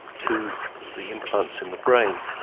to the implants in the brain.